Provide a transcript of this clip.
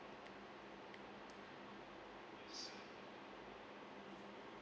yes